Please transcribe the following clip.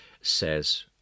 says